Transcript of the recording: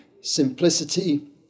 simplicity